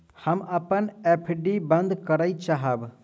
हम अपन एफ.डी बंद करय चाहब